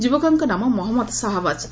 ଯୁବକଙ୍କ ନାମ ମହମ୍ମଦ ଶାହାବାଜ୍